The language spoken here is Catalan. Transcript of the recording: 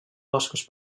boscos